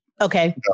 Okay